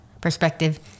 perspective